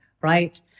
right